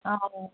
অঁ